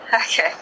Okay